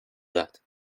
that